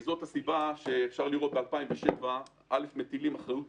זאת הסיבה לכך שב-2007 מטילים אחריות